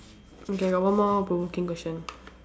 okay got one more provoking question